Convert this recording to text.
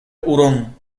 hurón